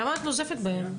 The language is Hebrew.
למה את נוזפת בהם?